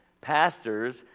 pastors